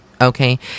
okay